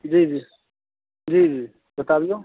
जी जी जी जी बताबियौ